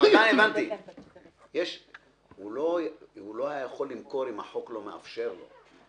לא היה יכול למכור אם החוק לא מאפשר לו.